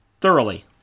thoroughly